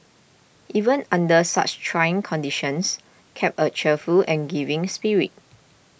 even under such trying conditions kept a cheerful and giving spirit